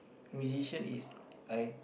musician is I